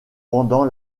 pendant